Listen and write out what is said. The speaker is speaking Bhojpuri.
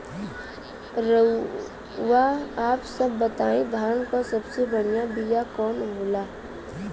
रउआ आप सब बताई धान क सबसे बढ़ियां बिया कवन होला?